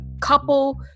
couple